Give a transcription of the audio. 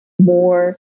more